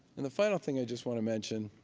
and the final thing i just want to mention,